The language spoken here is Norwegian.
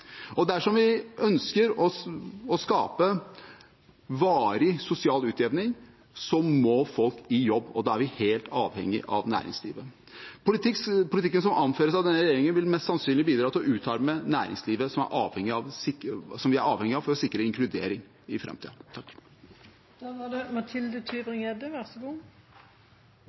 Og dersom vi ønsker å skape varig sosial utjevning, må folk i jobb, og da er vi helt avhengige av næringslivet. Politikken som anføres av denne regjeringen, vil mest sannsynlig bidra til å utarme næringslivet, som vi er avhengige av for å sikre inkludering i framtiden. I løpet av denne debatten har jeg lært noe nytt. For det